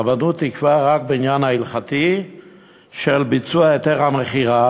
הרבנות תקבע רק בעניין ההלכתי של ביצוע היתר המכירה,